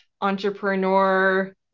entrepreneur